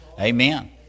Amen